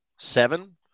Seven